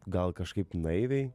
gal kažkaip naiviai